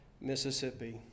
Mississippi